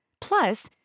Plus